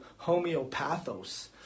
homeopathos